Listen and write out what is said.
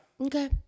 Okay